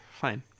Fine